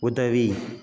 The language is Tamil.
உதவி